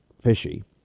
fishy